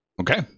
Okay